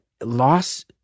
loss